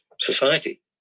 society